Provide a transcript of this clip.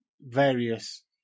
various